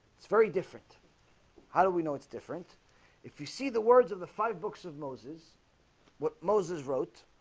it's very different how do we know it's different if you see the words of the five books of moses what moses wrote?